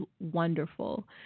wonderful